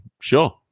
sure